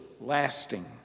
lasting